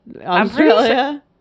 Australia